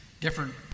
different